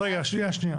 אז רגע, שנייה.